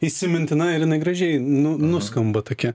įsimintina ir jinai gražiai nu nu skamba tokia